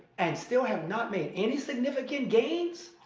and still have not made any significant gains?